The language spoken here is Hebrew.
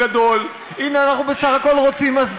מדינת ישראל, מדינת ישראל, אנחנו אוהבים אותה,